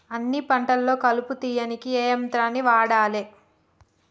అన్ని పంటలలో కలుపు తీయనీకి ఏ యంత్రాన్ని వాడాలే?